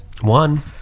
One